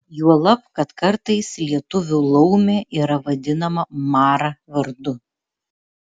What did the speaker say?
juolab kad kartais lietuvių laumė yra vadinama mara vardu